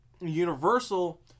Universal